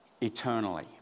eternally